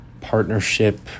partnership